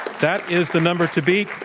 that is the number to beat.